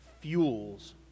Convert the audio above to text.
fuels